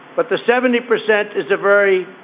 but the seventy percent is a very